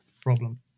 problem